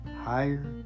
higher